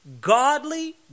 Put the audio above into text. Godly